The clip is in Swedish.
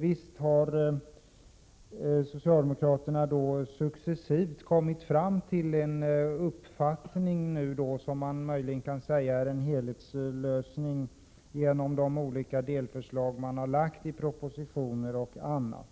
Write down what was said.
Visst har socialdemokraterna successivt kommit fram till en uppfattning, och man kan möjligen säga att de olika delförslag man lagt fram i propositioner ger en helhetslösning.